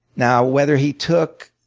now, whether he took